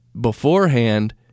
beforehand